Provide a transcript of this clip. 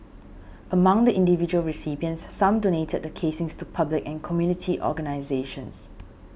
among the individual recipients some donated the casings to public and community organisations